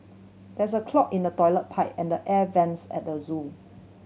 there is a clog in the toilet pipe and the air vents at the zoo